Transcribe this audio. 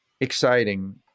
exciting